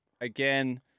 Again